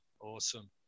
Awesome